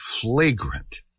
flagrant